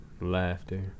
laughter